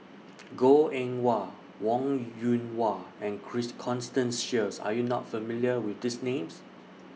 Goh Eng Wah Wong Yoon Wah and Christ Constance Sheares Are YOU not familiar with These Names